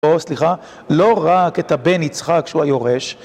סליחה, לא רק את הבן יצחק שהוא היורש